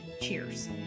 Cheers